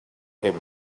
him